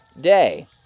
day